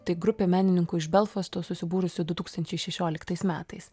tai grupė menininkų iš belfasto susibūrusių du tūkstančiai šešioliktais metais